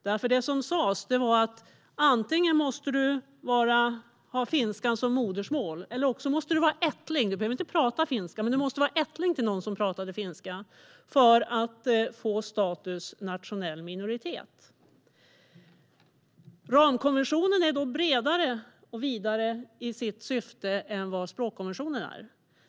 Det som sas var att man för att få status som nationell minoritet antingen måste ha finska som modersmål eller också vara ättling till någon som pratade finska. Man behöver alltså inte kunna finska. Ramkonventionen är bredare och har ett vidare syfte än språkkonventionen.